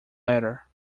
letter